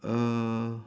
uh